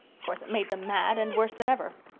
course it made them mad, and worse than ever.